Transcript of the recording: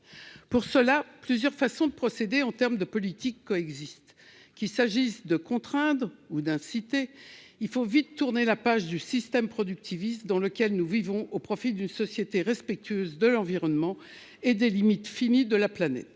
pour cela plusieurs façons de procéder, en termes de politique coexistent, qu'il s'agisse de contraindre ou d'inciter, il faut vite tourner la page du système productiviste dans lequel nous vivons au profit d'une société respectueuse de l'environnement et des limites fini de la planète,